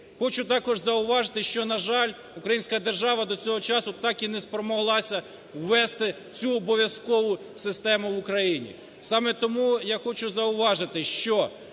Хочу також зауважити, що, на жаль, українська держава до цього часу так і не спромоглася ввести цю обов'язкову систему в Україні. Саме тому я хочу зауважити, що